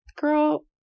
girl